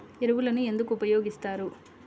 ఎరువులను ఎందుకు ఉపయోగిస్తారు?